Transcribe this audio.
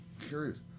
Curious